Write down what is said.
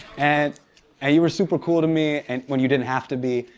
and and you were super cool to me and when you didn't have to be.